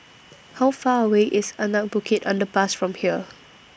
How Far away IS Anak Bukit Underpass from here